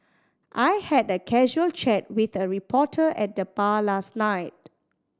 I had a casual chat with a reporter at the bar last night